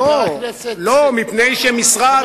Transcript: זה ראש הממשלה של העיתונאים?